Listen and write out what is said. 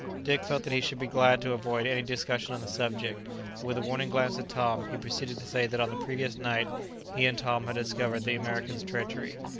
dirk felt that he should be glad to avoid any discussion on the subject, but with a warning glance at tom, he proceeded to say that on the previous night he and tom had discovered the american's treachery,